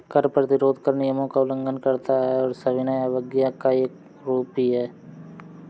कर प्रतिरोध कर नियमों का उल्लंघन करता है और सविनय अवज्ञा का एक रूप भी है